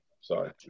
Sorry